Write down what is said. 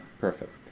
perfect